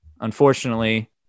unfortunately